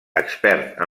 expert